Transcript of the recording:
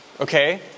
okay